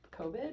COVID